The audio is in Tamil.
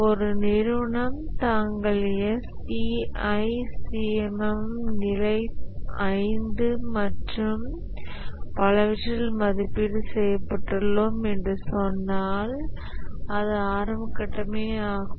ஒரு நிறுவனம் தாங்கள் SEI CMM நிலை 5 மற்றும் பலவற்றில் மதிப்பீடு செய்யப்பட்டுள்ளோம் என்று சொன்னால் அது ஆரம்பக்கட்டமேயாகும்